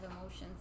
emotions